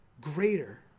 greater